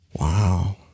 Wow